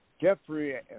Jeffrey